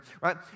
right